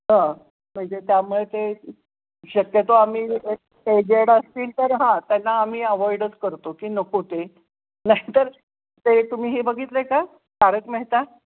हं म्हणजे त्यामुळे ते शक्यतो आम्ही एजेड असतील तर हां त्यांना आम्ही अवॉइडच करतो की नको ते नाहीतर ते तुम्ही हे बघितलं आहे का तारक मेहता